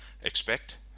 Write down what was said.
expect